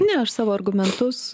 ne aš savo argumentus